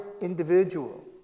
individual